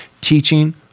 teaching